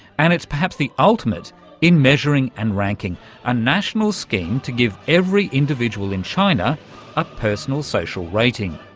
and it's perhaps the ultimate in measuring and ranking a national scheme to give every individual in china a personal social rating.